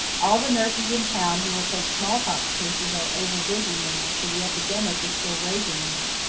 all the nurses in town who will take smallpox cases are overbusy now, for the epidemic is still raging there.